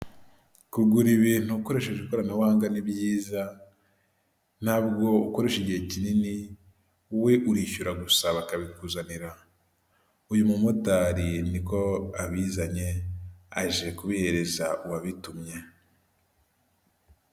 Kugura ibintu ukoresheje ikoranabuhanga ni byiza ntabwo ukoresha igihe kinini we urishyura gusa bakabikuzanira uyu mu motari niko abizanye aje kubihereza uwabitumye.